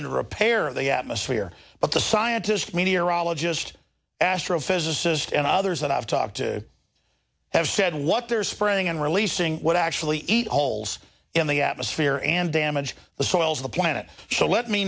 repair of the atmosphere but the scientist meteorologist astrophysicist and others that i've talked to have said what they're spraying and releasing what actually eat ols in the atmosphere and damage the soils of the planet so let me